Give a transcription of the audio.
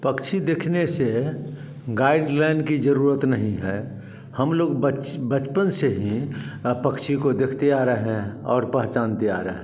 पक्षी देखने से गाइडलाइन की जरूरत नहीं है हम लोग बचपन से ही पक्षी को देखते आ रहे हैं और पहचानते आ रहे हैं